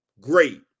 great